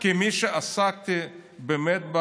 אתה לא סומך על הממשלה?